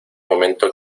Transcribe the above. momento